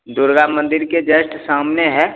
दुर्गा मन्दिर के ज़स्ट सामने है